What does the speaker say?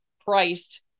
priced